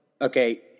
okay